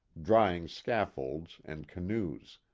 drying scaffolds and canoes.